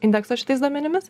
indekso šitais duomenimis